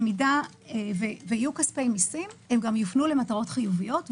במידה ויהיו כספי מיסים הם יופנו למטרות חיוביות.